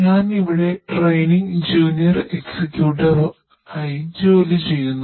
ഞാൻ ഇവിടെ training junior എക്സിക്യൂട്ടീവായി ജോലി ചെയ്യുന്നു